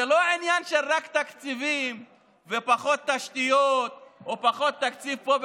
זה לא רק עניין של תקציבים ופחות תשתיות או פחות תקציב פה,